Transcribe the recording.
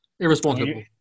irresponsible